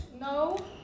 No